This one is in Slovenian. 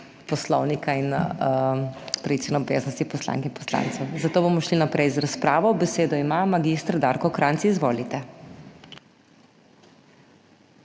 Poslovnika in pravic in obveznosti poslank in poslancev, zato bomo šli naprej z razpravo. Besedo ima mag. Darko Krajnc. Izvolite.